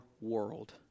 world